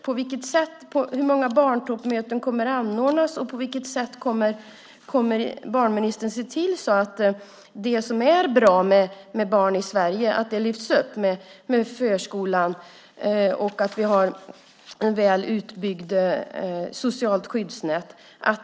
På vilket sätt tänker han göra det? Hur många barntoppmöten kommer att anordnas och på vilket sätt kommer barnministern att se till att det som är bra för barnen i Sverige lyfts upp? Det gäller förskolan och att vi har ett väl utbyggt socialt skyddsnät.